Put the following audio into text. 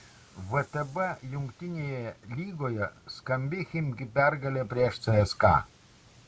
vtb jungtinėje lygoje skambi chimki pergalė prieš cska